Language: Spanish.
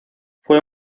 fue